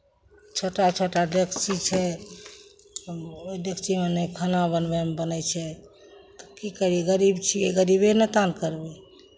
छोटा छोटा डेकची छै ओहि डेकचीमे नहि खाना बनबैमे बनै छै तऽ की करियै गरीब छियै गरीबे नहितन करबै